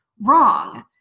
wrong